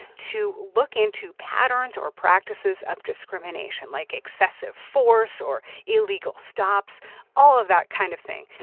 to look into patterns or practices of discrimination like excessive force or illegal stops all of that kind of thing.